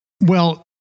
Well-